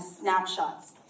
snapshots